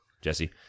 Jesse